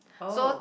oh